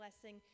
blessing